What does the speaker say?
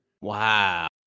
Wow